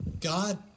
God